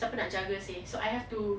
siapa nak jaga seh so I have to